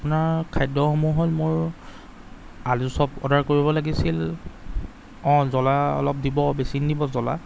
আপোনাৰ খাদ্যসমূহ হ'ল মোৰ আলু চ'প অৰ্ডাৰ কৰিব লাগিছিল অঁ জ্বলা অলপ দিব বেছি নিদিব জ্বলা